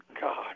God